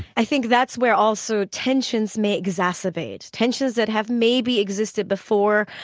i think that's where also tensions may exacerbate tensions that have maybe existed before.